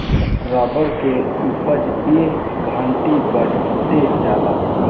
rubber के उपज ए घड़ी बढ़ते जाता